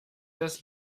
das